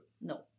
no